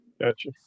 Gotcha